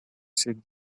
sit